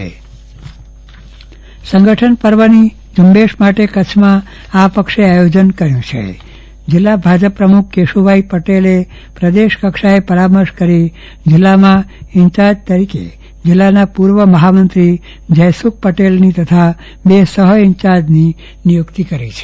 ચંદ્રવદન પદ્ટણી ભાજપ સંગઠન પર્વ સંગઠન પર્વની ઝુંબેશ માટે કચ્છમાં આ પક્ષે આયોજન કર્યું છે જીલ્લા ભાજપ પ્રમુખ કેશુભાઈ પટેલે પ્રદેશ કક્ષાએ પરામર્શ કરી જીલ્લાના ઇન્ચાર્જ તરીકે જીલ્લાના પૂર્વ મહામંત્રી જયસુખ પટેલની તથા બે સફ ઇન્ચાર્જની નિયુક્તિ કરી છે